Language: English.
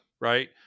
Right